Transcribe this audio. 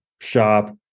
shop